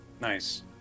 Nice